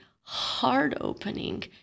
heart-opening